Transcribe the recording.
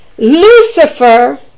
Lucifer